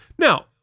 Now